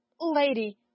Lady